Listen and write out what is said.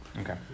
Okay